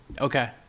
Okay